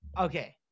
Okay